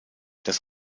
das